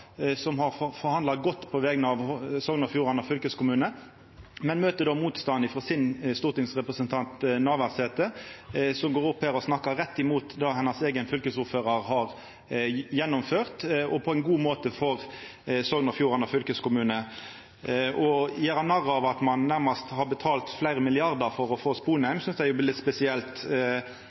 bauta. Ho har forhandla godt på vegner av Sogn og Fjordane fylkeskommune, men møter motstand frå stortingsrepresentanten sin, Navarsete, som her snakkar rett imot det hennar eigen fylkesordførar har gjennomført på ein god måte for Sogn og Fjordane fylkeskommune. Å gjera narr av – og at ein nærast har betalt fleire milliardar for – å få Lars Sponheim synest eg er litt spesielt.